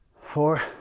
four